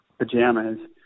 pajamas